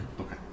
Okay